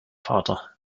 vater